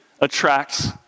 attracts